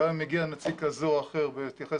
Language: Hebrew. גם אם מגיע נציג כזה או אחר בהתייחס